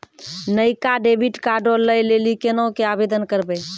नयका डेबिट कार्डो लै लेली केना के आवेदन करबै?